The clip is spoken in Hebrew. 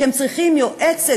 שהם צריכים יועצת,